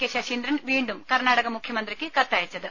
K Saseendran വീണ്ടും കർണാടക മുഖ്യമന്ത്രിക്ക് കത്തയച്ചത്